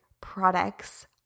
products